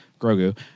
Grogu